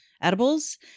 edibles